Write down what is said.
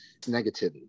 negativity